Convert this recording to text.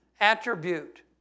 attribute